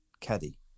caddy